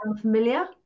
familiar